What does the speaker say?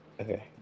okay